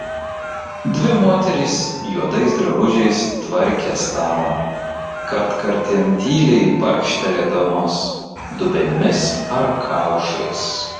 dvi moterys juodais drabužiais tvarkė stalą kartkartėm tyliai barkštelėdamos dubenimis ar kaušais